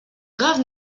grave